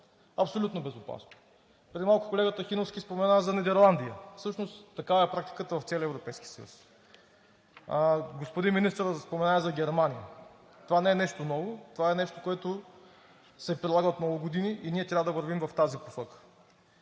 абсолютно безопасно. Преди малко колегата Хиновски спомена за Нидерландия. Всъщност такава е практиката в целия Европейски съюз. Господин министърът спомена и за Германия. Това не е нещо ново, това е нещо, което се прилага от много години и ние трябва да вървим в тази посока.